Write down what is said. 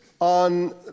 on